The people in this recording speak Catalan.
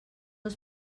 els